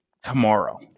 tomorrow